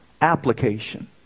Application